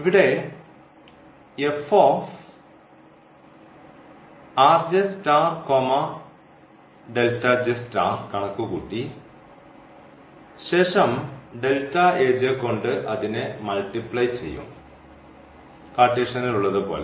ഇവിടെ കണക്കുകൂട്ടി ശേഷം കൊണ്ട് അതിനെ മൾട്ടിപ്ലൈ ചെയ്യും കാർട്ടീഷ്യനിൽ ഉള്ളതുപോലെ